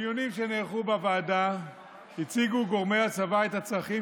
בדיונים שנערכו בוועדה הציגו גורמי הצבא את הצרכים